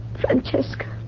Francesca